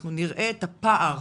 אנחנו נראה את הפער